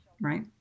right